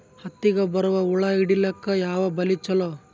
ಹತ್ತಿಗ ಬರುವ ಹುಳ ಹಿಡೀಲಿಕ ಯಾವ ಬಲಿ ಚಲೋ?